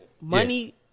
money